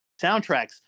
soundtracks